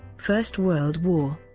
first world war